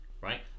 right